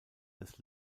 des